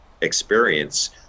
experience